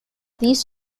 these